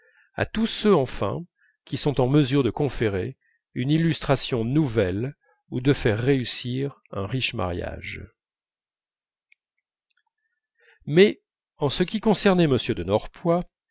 à tous ceux enfin qui sont en mesure de conférer une illustration nouvelle ou de faire réussir un riche mariage mais en ce qui concernait m de